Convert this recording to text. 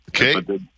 Okay